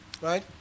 right